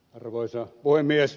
arvoisa puhemies